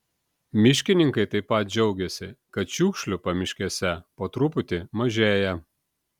miškininkai taip pat džiaugiasi kad šiukšlių pamiškėse po truputį mažėja